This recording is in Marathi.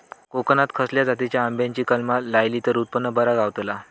कोकणात खसल्या जातीच्या आंब्याची कलमा लायली तर उत्पन बरा गावताला?